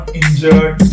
injured